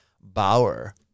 Bauer